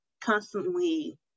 constantly